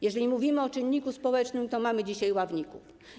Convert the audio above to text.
Jeżeli mówimy o czynniku społecznym, to mamy dzisiaj ławników.